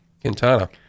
Quintana